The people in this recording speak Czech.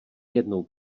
jednou